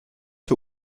für